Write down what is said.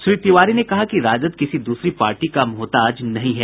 श्री तिवारी ने कहा कि राजद किसी दूसरी पार्टी का मोहताज नहीं है